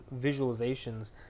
visualizations